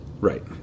Right